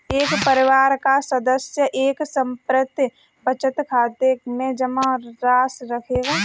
एक परिवार का सदस्य एक समर्पित बचत खाते में जमा राशि रखेगा